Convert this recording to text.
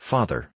Father